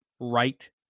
right